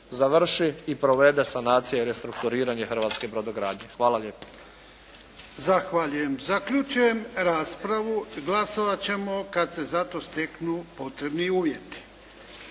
završi sanacija i restrukturiranje hrvatske brodogradnje. Hvala lijepo. **Jarnjak, Ivan (HDZ)** Zahvaljujem. Zaključujem raspravu. Glasovati ćemo kada se za to steknu potrebni uvjesti.